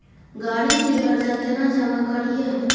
गाड़ी के कर्जा केना जमा करिए?